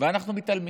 ואנחנו מתעלמים.